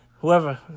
Whoever